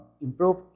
improve